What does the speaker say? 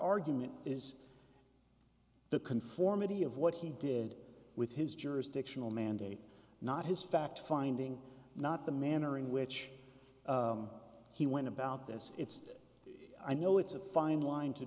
argument is the conformity of what he did with his jurisdictional mandate not his fact finding not the manner in which he went about this it's i know it's a fine line to